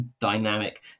dynamic